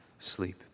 sleep